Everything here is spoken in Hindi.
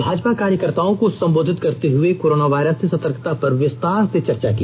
भाजपा कार्यकर्ताओं को संबोधित करते हुए कोरोना वायरस से सतर्कता पर विस्तार से चर्चा की